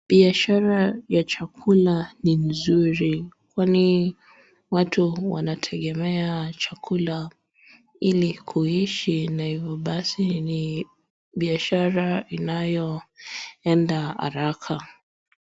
Biashara ya chakula ni nzuri kwani watu wanategemea chakula ili kuishi na hivyo basi ni biashara inayoenda haraka.